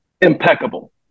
impeccable